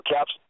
caps